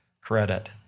credit